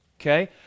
Okay